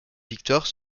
victoire